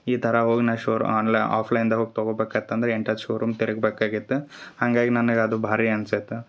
ಈ ಥರ ಹೋಗ್ನಾ ಶೋ ಆನ್ಲ ಆಫ್ಲೈನ್ದಾಗ ಹೋಗಿ ತಗೊಬೇಕು ಆತು ಅಂದ್ರ ಎಂಟು ಹತ್ತು ಶೋರೂಮ್ ತಿರುಗಬೇಕು ಆಗಿತ್ತು ಹಾಗಾಗಿ ನನ್ಗ ಅದು ಭಾರಿ ಅನ್ಸಿತ್ತ